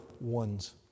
one's